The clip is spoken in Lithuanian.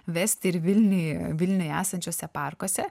vesti ir vilniuj vilniuje esančiuose parkuose